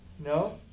No